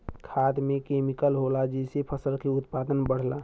खाद में केमिकल होला जेसे फसल के उत्पादन बढ़ला